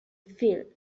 film